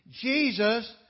Jesus